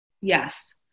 Yes